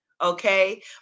okay